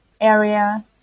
area